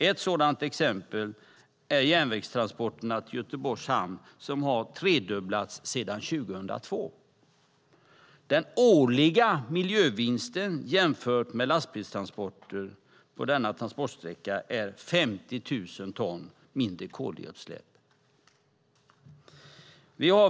Ett exempel är järnvägstransporterna till Göteborgs hamn som har tredubblats sedan 2002. Den årliga miljövinsten jämfört med lastbilstransporter på denna transportsträcka är 50 000 ton mindre koldioxidutsläpp.